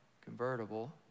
convertible